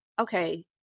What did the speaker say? Okay